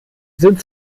sind